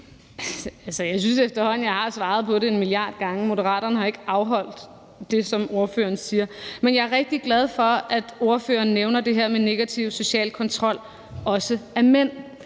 efterhånden, jeg har svaret på det en milliard gange: Moderaterne har ikke afholdt det, som ordføreren siger. Men jeg er rigtig glad for, at ordføreren nævner det her med negativ social kontrol også af mænd.